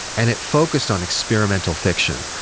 and it focused on experimental fiction.